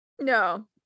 no